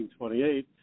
1928